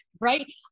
right